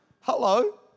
Hello